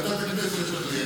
ועדת הכנסת תכריע.